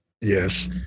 Yes